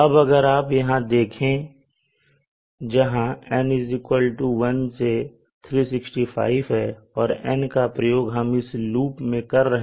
अब अगर आप यहां देखेंगे जहां N 1 से 365 है और N का प्रयोग हम इस लूप में कर रहे